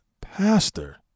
pastor